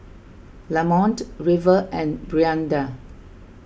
Lamont River and Brianda